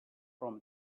from